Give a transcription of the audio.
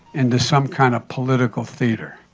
into some kind of political theater.